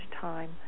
time